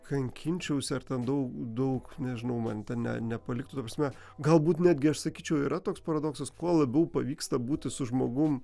kankinčiausi ar ten daug daug nežinau man ten ne nepaliktų ta prasme galbūt netgi aš sakyčiau yra toks paradoksas kuo labiau pavyksta būti su žmogum